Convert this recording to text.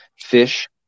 fish